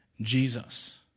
Jesus